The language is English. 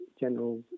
general